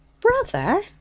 Brother